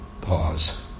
pause